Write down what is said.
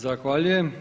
Zahvaljujem.